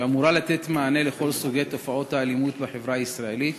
שאמורה לתת מענה לכל סוגי תופעות האלימות בחברה הישראלית,